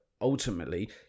ultimately